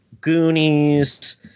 goonies